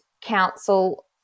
council